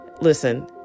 Listen